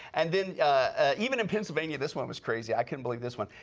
and then even in pennsylvania this one was crazy i couldn't believe this one,